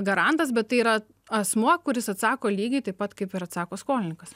garantas bet tai yra asmuo kuris atsako lygiai taip pat kaip ir atsako skolininkas